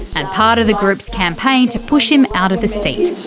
and part of the group's campaign to push him out of the seat.